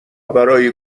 برای